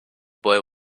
boy